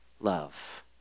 love